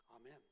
Amen